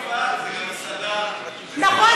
מירב, זה לא רק מפעל, זה גם מסעדה, וזה גם, נכון.